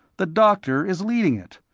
the doctor is leading it.